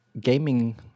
gaming